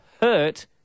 hurt